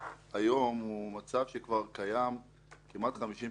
היום קיים כבר קיים כמעט חמישים שנה,